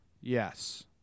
Yes